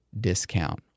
discount